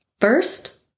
First